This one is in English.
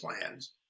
plans